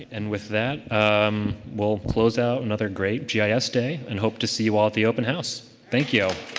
and with that we'll close out another great gis day and hope to see you ah at the open house. thank you.